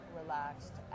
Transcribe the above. relaxed